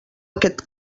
aquest